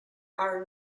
are